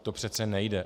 To přece nejde.